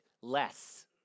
less